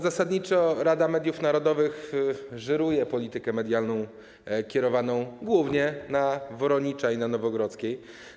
Zasadniczo Rada Mediów Narodowych żyruje politykę medialną kierowaną głównie z Woronicza i Nowogrodzkiej.